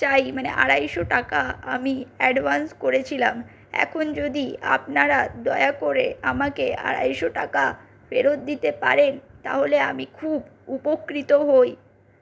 চাই মানে আড়াইশো টাকা আমি অ্যাডভান্স করেছিলাম এখন যদি আপনারা দয়া করে আমাকে আড়াইশো টাকা ফেরত দিতে পারেন তাহলে আমি খুব উপকৃত হই